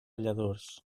lladurs